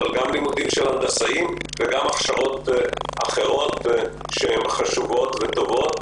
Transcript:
בלימודי הנדסאים ובהכשרות אחרות שהן חשובות וטובות,